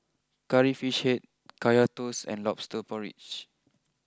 Curry Fish Head Kaya Toast and Lobster Porridge